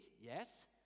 yes